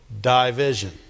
Division